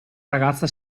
ragazza